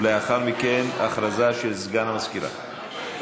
ולאחר מכן הודעה של סגן המזכירה.